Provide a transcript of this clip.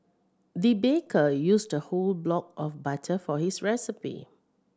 the baker used a whole block of butter for his recipe